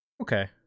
Okay